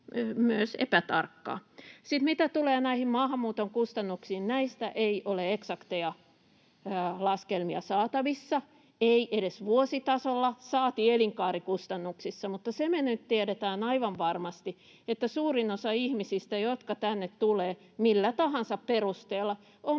Sitten mitä tulee näihin maahanmuuton kustannuksiin, niin näistä ei ole eksakteja laskelmia saatavissa, ei edes vuositasolla, saati elinkaarikustannuksista, mutta se me nyt tiedetään aivan varmasti, että suurin osa ihmisistä, jotka tänne tulevat millä tahansa perusteella, on